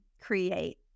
create